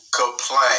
complain